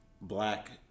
black